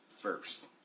first